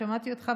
שמעתי אותך,